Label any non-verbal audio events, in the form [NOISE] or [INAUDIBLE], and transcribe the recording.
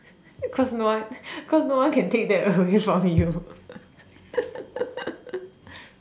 that's because no one [LAUGHS] cause no one can take that away from you [LAUGHS]